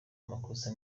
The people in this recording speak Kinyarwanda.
amakosa